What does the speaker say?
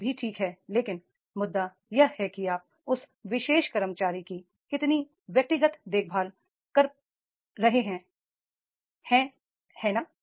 यह भी ठीक है लेकिन मुद्दा यह है कि आप उस विशेष कर्मचारी की कितनी व्यक्तिगत देखभाल कर रहे हैं है ना